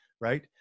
right